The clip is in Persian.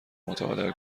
مطالعه